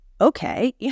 okay